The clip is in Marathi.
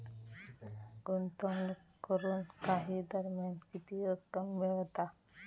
गुंतवणूक करून काही दरम्यान किती रक्कम मिळता?